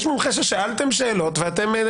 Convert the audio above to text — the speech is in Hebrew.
שלום ותודה שהזמנתם אותי.